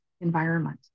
environment